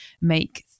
make